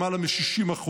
למעלה מ-60%.